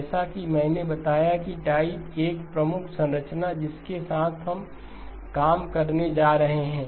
जैसा कि मैंने बताया कि टाइप 1 एक प्रमुख संरचना है जिसके साथ हम काम करने जा रहे हैं